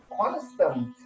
constant